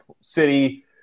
city